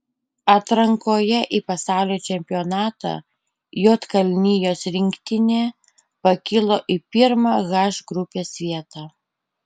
atrankoje į pasaulio čempionatą juodkalnijos rinktinė pakilo į pirmą h grupės vietą